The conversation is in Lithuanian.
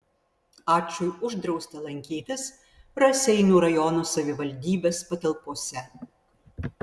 ačui uždrausta lankytis raseinių rajono savivaldybės patalpose